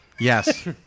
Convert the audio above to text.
Yes